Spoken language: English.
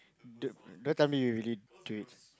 do~ don't tell me you really drink